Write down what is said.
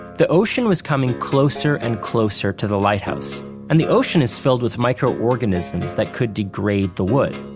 the ocean was coming closer and closer to the lighthouse and the ocean is filled with microorganisms that could degrade the wood.